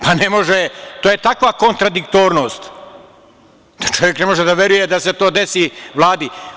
Pa, ne može, to je takva kontradiktornost da čovek ne može da veruje da se to desi Vladi.